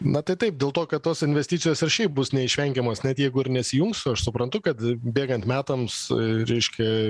na tai taip dėl to kad tos investicijos ir šiaip bus neišvengiamos net jeigu ir nesijungsiu aš suprantu kad bėgant metams reiškia